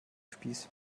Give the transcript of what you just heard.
spieß